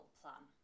plan